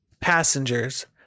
passengers